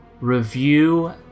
review